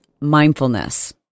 mindfulness